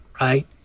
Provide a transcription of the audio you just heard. right